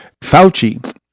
Fauci